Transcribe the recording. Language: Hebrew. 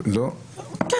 נכון?